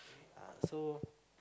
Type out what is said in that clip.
uh so